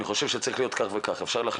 אני רוצה לחזור בבקשה לטלי.